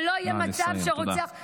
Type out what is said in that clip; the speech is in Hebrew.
ולא יהיה מצב שרוצח --- נא לסיים,